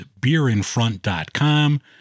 beerinfront.com